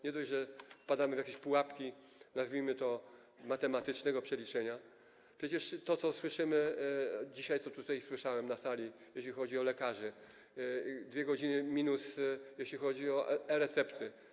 Nie dość, że wpadamy w jakieś pułapki, nazwijmy to, matematycznego przeliczenia, to przecież to, co słyszymy dzisiaj tutaj na sali - jeśli chodzi o lekarzy, 2 godziny minus, jeśli chodzi o e-recepty.